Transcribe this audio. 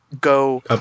Go